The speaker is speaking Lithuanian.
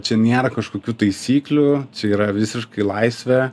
čia niera kažkokių taisyklių čia yra visiškai laisvė